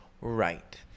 right